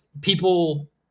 people –